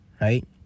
right